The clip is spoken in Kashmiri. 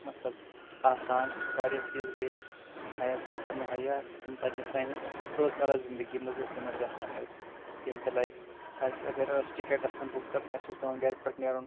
مطلب آسان واریاہ چیٖز گٔے اسہِ میسر تہٕ مُہیا یِم پنٕنس سانہِ روزمراہ زندگی منٛز استعمال گژھان ٲسۍ یِم تہِ لایک اسہِ اگر ٲس ٹکٮ۪ٹ آسان بُک کرُن اسہِ اوس پٮ۪وان گرِ پٮ۪ٹھ نیرُن